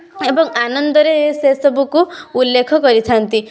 ଏବଂ ଆନନ୍ଦରେ ସେସବୁକୁ ଉଲ୍ଲେଖ କରିଥାନ୍ତି